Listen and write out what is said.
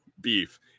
Beef